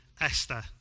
Esther